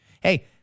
Hey